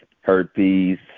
herpes